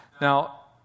Now